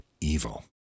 evil